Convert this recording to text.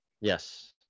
Yes